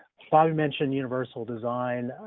bobby mentioned universal design.